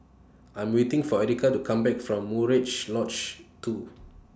I'm waiting For Erica to Come Back from Murai Lodge two